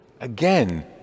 again